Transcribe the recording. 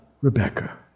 Rebecca